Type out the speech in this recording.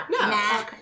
no